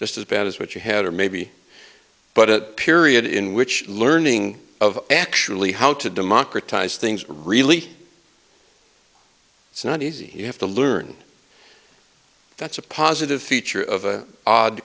just as bad as what you had or maybe but a period in which learning of actually how to democratize things really it's not easy you have to learn that's a positive feature of an odd